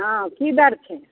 हँ की दर छै